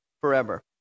forever